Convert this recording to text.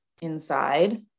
inside